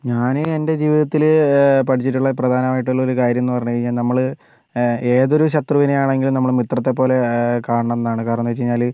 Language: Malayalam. ഞാൻ എൻ്റെ ജീവിതത്തിൽ പഠിച്ചിട്ടുള്ള പ്രധാനമായിട്ടുള്ള ഒരു കാര്യം എന്ന് പറഞ്ഞുകഴിഞ്ഞാൽ നമ്മൾ ഏതൊരു ശത്രുവിനെ ആണെങ്കിലും നമ്മൾ മിത്രത്തെപ്പോലെ കാണണം എന്നാണ് കാരണം എന്ന് വെച്ച് കഴിഞ്ഞാൽ